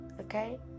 Okay